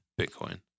Bitcoin